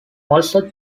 also